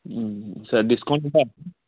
sir discount ఉందా